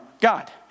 God